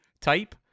type